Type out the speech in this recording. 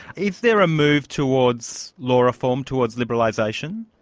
is there a move towards law reform, towards liberalisation?